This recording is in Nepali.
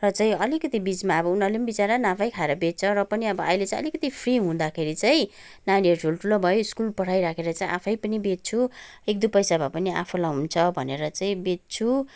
र चाहिँ अलिकति बिचमा अब उनीहरूले पनि बिचारा नाफै खाएर बेच्छ र पनि अहिले चाहिँ अलिकति फ्री हुँदाखेरि चाहिँ नानीहरू ठुल्ठुलो भयो स्कुल पठाइराखेर चाहिँ आफै पनि बेच्छु एक दुई पैसा भए पनि आफैलाई हुन्छ भनेर चाहिँ बेच्छु